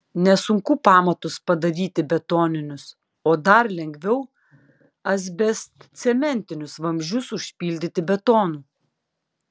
nesunku pamatus padaryti betoninius o dar lengviau asbestcementinius vamzdžius užpildyti betonu